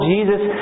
Jesus